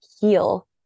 heal